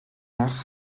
nach